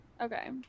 Okay